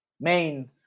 main